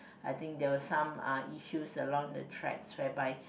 I think there were some uh issues along the tracks whereby